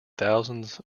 thousands